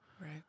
Right